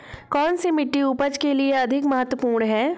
कौन सी मिट्टी उपज के लिए अधिक महत्वपूर्ण है?